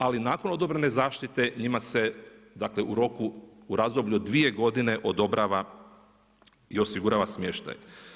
Ali, nakon odobrene zaštite, njima se, dakle u roku, u razdoblju od 2 g. odobrava i osigurava smještaj.